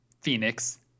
Phoenix